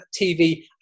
TV